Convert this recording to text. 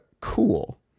cool